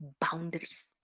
boundaries